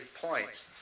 points